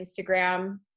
Instagram